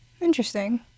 Interesting